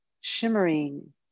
shimmering